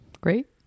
Great